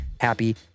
happy